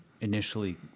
initially